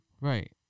Right